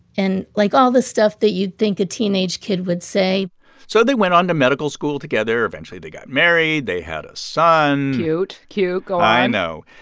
and like, all the stuff that you'd think a teenage kid would say so they went on to medical school together. eventually, they got married. they had a son cute, cute. go on i know.